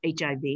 HIV